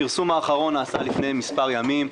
הפרסום האחרון נעשה לפני מספר ימים.